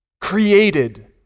created